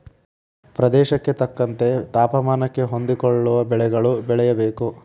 ಪ್ರದೇಶಕ್ಕೆ ತಕ್ಕಂತೆ ತಾಪಮಾನಕ್ಕೆ ಹೊಂದಿಕೊಳ್ಳುವ ಬೆಳೆಗಳು ಬೆಳೆಯಬೇಕು